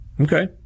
Okay